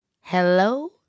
Hello